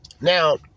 Now